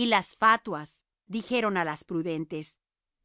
y las fatuas dijeron á las prudentes